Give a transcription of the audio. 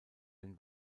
den